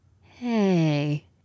Hey